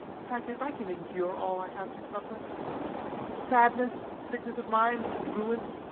the fact is, i can endure all i have to suffer sadness, sickness of mind, ruin,